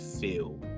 feel